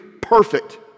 perfect